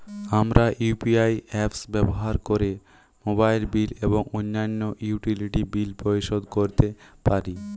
আমরা UPI apps ব্যবহার করে মোবাইল বিল এবং অন্যান্য ইউটিলিটি বিল পরিশোধ করতে পারি